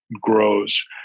grows